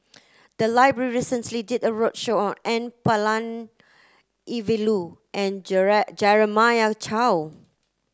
the library recently did a roadshow on N Palanivelu and Jeremiah Choy